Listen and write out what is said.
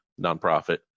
nonprofit